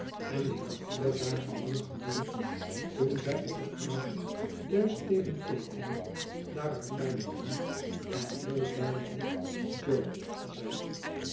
en die had vier dagen lang geduurd toen zij op een avond juist tegen theet'yd daaruit bijkwam en heel duidelijk